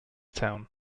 town